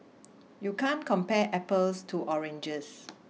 you can't compare apples to oranges